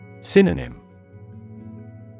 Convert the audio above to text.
Synonym